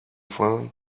fahren